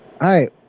Hi